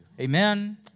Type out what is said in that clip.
Amen